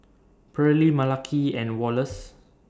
Pearlie Malaki and Wallace